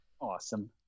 Awesome